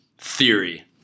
theory